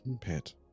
pet